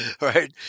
right